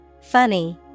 Funny